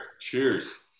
cheers